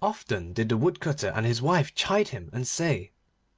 often did the woodcutter and his wife chide him, and say